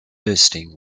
bursting